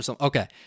Okay